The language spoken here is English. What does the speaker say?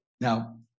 Now